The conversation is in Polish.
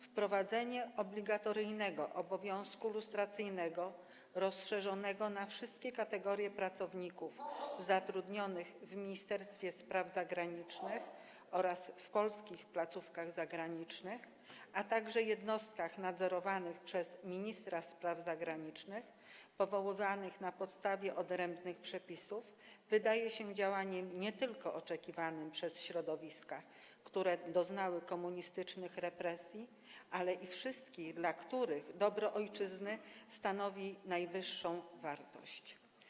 Wprowadzenie obowiązku lustracyjnego rozszerzonego na wszystkie kategorie pracowników zatrudnionych w Ministerstwie Spraw Zagranicznych oraz w polskich placówkach zagranicznych, a także jednostkach nadzorowanych przez ministra spraw zagranicznych, powołanych na podstawie odrębnych przepisów wydaje się działaniem nie tylko oczekiwanym przez środowiska, które doznały komunistycznych represji, ale i wszystkich, dla których dobro ojczyzny stanowi najwyższą wartość.